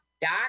doc